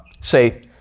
say